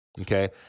okay